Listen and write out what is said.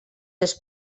els